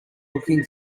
looking